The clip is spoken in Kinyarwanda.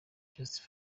just